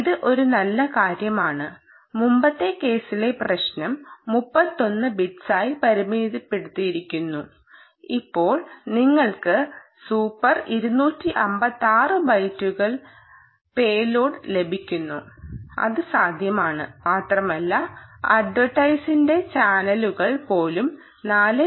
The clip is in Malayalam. ഇത് ഒരു നല്ല കാര്യമാണ് മുമ്പത്തെ കേസിലെ പ്രശ്നം 31 ബിട്സായി പരിമിതപ്പെടുത്തിയിരുന്നു ഇപ്പോൾ നിങ്ങൾക്ക് സൂപ്പർ 256 ബൈറ്റുകൾ പേലോഡ് ലഭിക്കുന്നു അത് സാധ്യമാണ് മാത്രമല്ല അട്വർടൈംസ് മെന്റെ ചാനലുകൾ പോലും 4